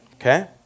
okay